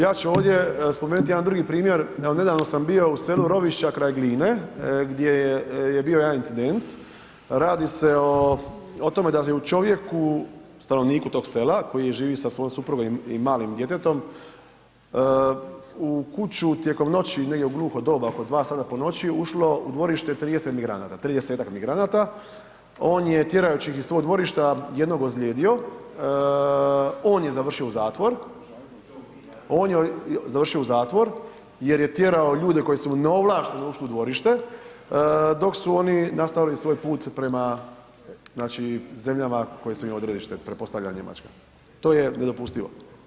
Ja ću ovdje spomenuti jedan drugi primjer, evo nedavno sam bio u selu Rovišća kraj Gline gdje je bio jedan incident, radi se o tome da čovjeku, stanovniku tog sela koji živi sa svojom suprugom i malim djetetom, u kuću tijekom noći negdje u gluho doba oko dva sata po noći ušlo u dvorište 30 migranata, 30-tak migranata, on je tjerajući ih iz svog dvorišta jednog ozlijedio, on je završio u zatvor jer je tjerao ljude koji su mu neovlašteno ušli u dvorište dok su oni nastavili svoj put prema, znači zemljama koje su im odredište, pretpostavljam Njemačka, to je nedopustivo.